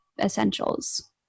essentials